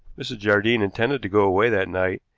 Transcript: mrs. jardine intended to go away that night,